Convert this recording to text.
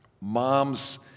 Moms